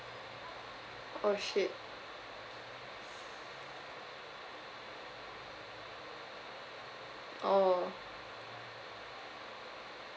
oh shit oh